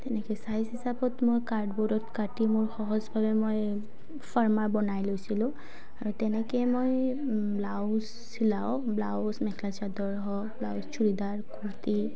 তেনেকৈ চাইজ হিচাপত মই কাৰ্ড বৰ্ডত কাটি মোৰ সহজভাৱে মই ফাৰ্মাৰ বনাই লৈছিলোঁ আৰু তেনেকৈ মই ব্লাউজ চিলাওঁ ব্লাউজ মেখেলা চাদৰ হওক ব্লাউজ চুৰিদাৰ কুৰ্তি